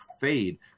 fade